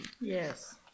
Yes